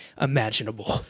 imaginable